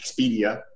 Expedia